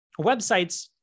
websites